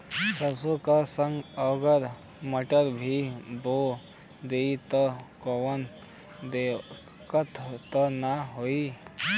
सरसो के संगे अगर मटर भी बो दी त कवनो दिक्कत त ना होय?